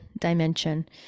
dimension